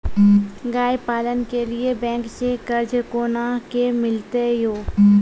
गाय पालन के लिए बैंक से कर्ज कोना के मिलते यो?